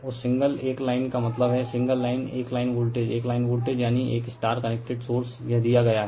उस सिंगल एक लाइन का मतलब है सिंगल लाइन एक लाइन वोल्टेज एक लाइन वोल्टेज यानि एक कनेक्टेड सोर्स यह दिया गया हैं